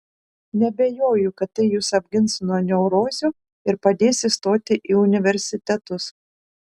neabejoju kad tai jus apgins nuo neurozių ir padės įstoti į universitetus